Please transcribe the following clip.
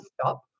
stop